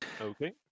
okay